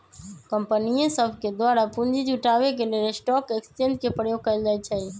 कंपनीय सभके द्वारा पूंजी जुटाबे के लेल स्टॉक एक्सचेंज के प्रयोग कएल जाइ छइ